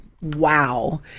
Wow